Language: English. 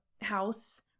house